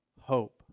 hope